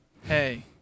hey